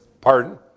Pardon